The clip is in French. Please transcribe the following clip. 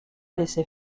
laisser